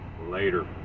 later